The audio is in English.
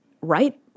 right